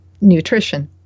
nutrition